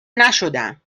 نشدم